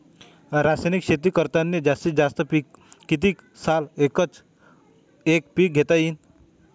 रासायनिक शेती करतांनी जास्तीत जास्त कितीक साल एकच एक पीक घेता येईन?